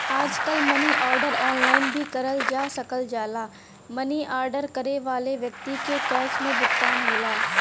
आजकल money order online भी करल जा सकल जाला मनी आर्डर करे वाले व्यक्ति के कैश में भुगतान होला